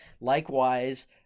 Likewise